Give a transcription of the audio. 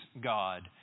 God